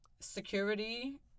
security